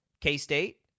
K-State